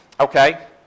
Okay